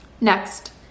Next